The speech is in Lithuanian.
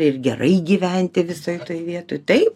ir gerai gyventi visoj toj vietoj tai